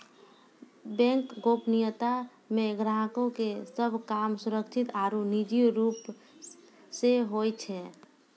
bank गोपनीयता मे ग्राहको के सभ काम सुरक्षित आरु निजी रूप से होय छै